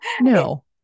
no